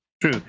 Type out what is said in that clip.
True